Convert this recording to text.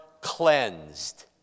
cleansed